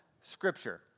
Scripture